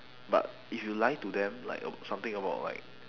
but if you lie to them like ab~ something about like